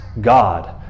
God